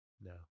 No